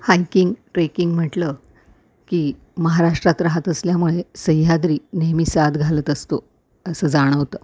hiking trekking म्हटलं की महाराष्ट्रात राहत असल्यामुळे सह्याद्री नेहमी साद घालत असतो असं जाणवतं